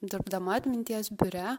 dirbdama atminties biure